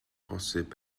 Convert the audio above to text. posib